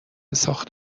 ساخت